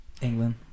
England